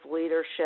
leadership